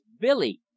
Billy